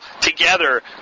together